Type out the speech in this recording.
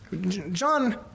John